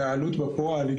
והעלות בפועל היא,